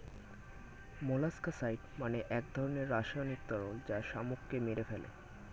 molluscicide মানে এক ধরনের রাসায়নিক তরল যা শামুককে মেরে ফেলে